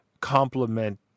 complement